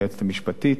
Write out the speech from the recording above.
היועצת המשפטית,